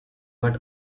but